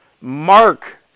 Mark